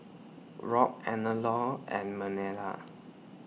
Robt Eleanor and Marlena